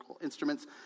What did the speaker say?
instruments